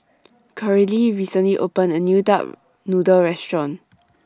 Coralie recently opened A New Duck Noodle Restaurant